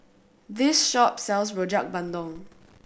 this shop sells Rojak Bandung